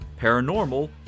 paranormal